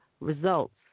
results